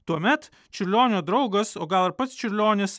tuomet čiurlionio draugas o gal ir pats čiurlionis